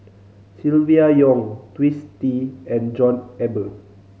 Silvia Yong Twisstii and John Eber